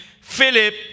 Philip